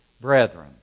brethren